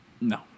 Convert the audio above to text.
No